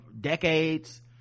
decades